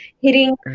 Hitting